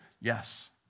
Yes